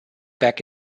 back